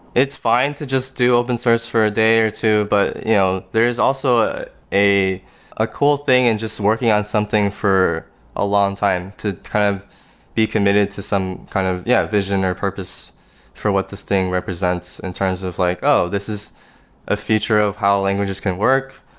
it's fine to just do open source for a day or two, but you know there's also a a cool thing in and just working on something for a long time, to kind of be committed to some kind of yeah, vision or purpose for what this thing represents in terms of like, oh, this is a feature of how languages can work.